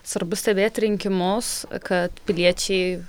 svarbu stebėt rinkimus kad piliečiai